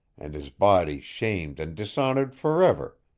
and his body shamed and dishonored for ever.